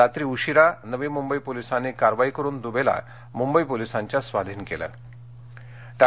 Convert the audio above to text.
रात्री उशीरा नवी मुंबई पोलिसांनी कारवाई करुन दुबेला मुंबई पोलिसांच्या स्वाधीन केलं आहे